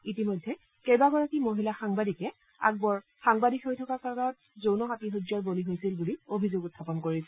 ইতিমধ্যে কেইবাগৰাকী মহিলা সাংবাদিকে আকবৰ সাংবাদিক হৈ থকা কালত যৌন আতিশয্যৰ বলি হৈছিল বুলি অভিযোগ উত্থাপন কৰিছে